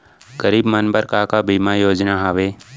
गरीब मन बर का का बीमा योजना हावे?